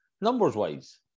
Numbers-wise